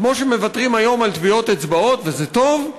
כמו שמוותרים היום על טביעות אצבעות, וזה טוב,